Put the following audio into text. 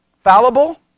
Fallible